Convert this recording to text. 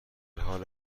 حال